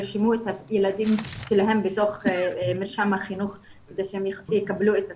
ירשמו את הילדים שלהם בתוך מרשם החינוך כדי שהם יקבלו את הזכויות,